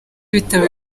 ibitaro